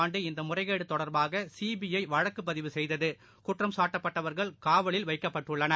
ஆண்டு இந்தமுறைகேடுதொடர்பாகசிபிஐவழக்குபதிவு குற்றம்சாட்டப்பட்டவர்கள் காவலில் வைக்கப்பட்டுள்ளனர்